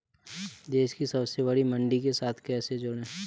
देश की सबसे बड़ी मंडी के साथ कैसे जुड़ें?